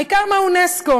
העיקר מה אונסק"ו.